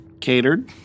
Catered